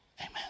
amen